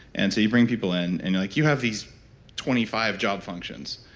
and so, you bring people in and you're like, you have these twenty five job functions.